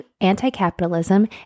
anti-capitalism